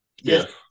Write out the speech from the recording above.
Yes